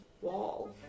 wall